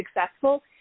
successful